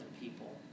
people